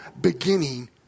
beginning